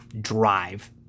drive